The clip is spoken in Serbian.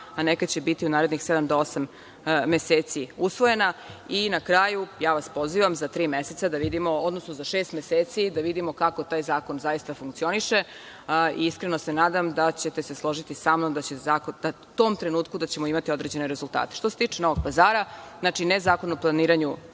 a neka će biti u narednih sedam do osam meseci usvojena. Na kraju, pozivam vas da za tri meseca, odnosno za šest meseci da vidimo kako taj zakon zaista funkcioniše. Iskreno se nadam da ćete se složiti sa mnom da ćemo u tom trenutku imati određene rezultate. Što se tiče Novog Pazara, znači, Zakon o planiranju